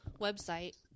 website